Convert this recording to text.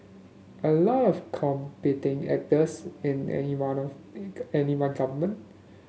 a lot of competing actors in any one of in any one government